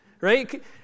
Right